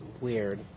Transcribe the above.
weird